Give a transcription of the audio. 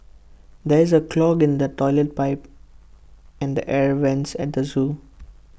there is A clog in the Toilet Pipe and the air Vents at the Zoo